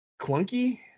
clunky